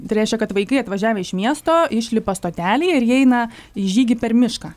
tai reiškia kad vaikai atvažiavę iš miesto išlipa stotelėj ir jie eina į žygį per mišką